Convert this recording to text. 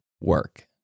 work